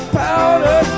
powder